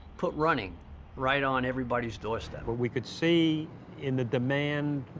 put running right on everybody's doorstep. well, we could see in the demand